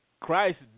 Christ